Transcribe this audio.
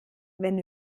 wenn